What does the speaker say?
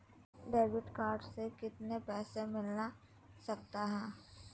Debit card से कितने पैसे मिलना सकता हैं?